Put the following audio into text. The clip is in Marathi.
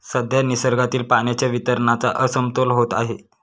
सध्या निसर्गातील पाण्याच्या वितरणाचा असमतोल होत आहे